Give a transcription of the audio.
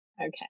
Okay